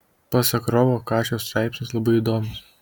pasak rovo kašio straipsnis labai įdomus